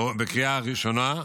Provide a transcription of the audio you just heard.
בקריאה ראשונה,